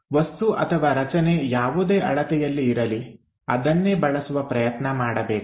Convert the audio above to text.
ವಸ್ತು ಅಥವಾ ರಚನೆ ಯಾವುದೇ ಅಳತೆಯಲ್ಲಿ ಇರಲಿ ಅದನ್ನೇ ಬಳಸುವ ಪ್ರಯತ್ನ ಮಾಡಬೇಕು